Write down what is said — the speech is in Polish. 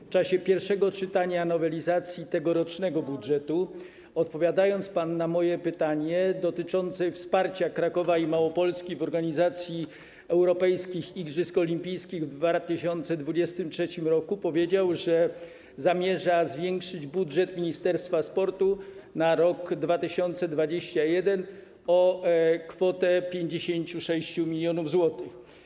W czasie pierwszego czytania nowelizacji tegorocznego budżetu, odpowiadając na moje pytanie dotyczące wsparcia Krakowa i Małopolski w organizacji europejskich igrzysk olimpijskich w 2023 r., powiedział pan, że zamierza zwiększyć budżet Ministerstwa Sportu na rok 2021 o kwotę 56 mln zł.